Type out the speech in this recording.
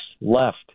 left